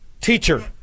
teacher